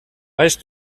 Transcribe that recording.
vaig